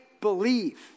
believe